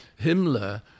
Himmler